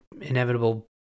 inevitable